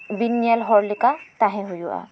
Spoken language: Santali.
ᱵᱤᱧ ᱧᱮᱞ ᱦᱚᱲ ᱞᱮᱠᱟ ᱛᱟᱦᱮᱸ ᱦᱩᱭᱩᱜᱼᱟ